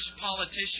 politician